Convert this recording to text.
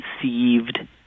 conceived